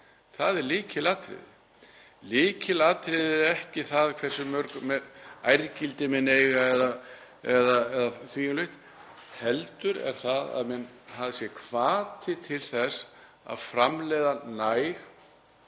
Það er lykilatriði. Lykilatriðið er ekki það hversu mörg ærgildi menn eiga eða því um líkt, heldur að það sé hvati til þess að framleiða næg